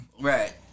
Right